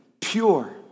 pure